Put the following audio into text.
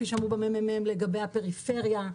כפי שאמרו במ.מ.מ בנוגע לפריפריה,